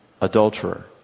adulterer